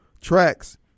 tracks